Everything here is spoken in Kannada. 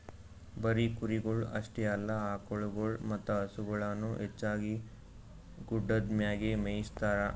ಬರೀ ಕುರಿಗೊಳ್ ಅಷ್ಟೆ ಅಲ್ಲಾ ಆಕುಳಗೊಳ್ ಮತ್ತ ಹಸುಗೊಳನು ಹೆಚ್ಚಾಗಿ ಗುಡ್ಡದ್ ಮ್ಯಾಗೆ ಮೇಯಿಸ್ತಾರ